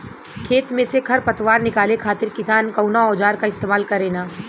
खेत में से खर पतवार निकाले खातिर किसान कउना औजार क इस्तेमाल करे न?